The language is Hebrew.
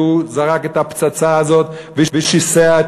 שהוא זה שזרק את הפצצה הזאת ושיסע את